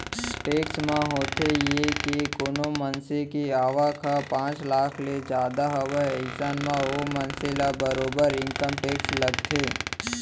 tax म होथे ये के कोनो मनसे के आवक ह पांच लाख ले जादा हावय अइसन म ओ मनसे ल बरोबर इनकम टेक्स लगथे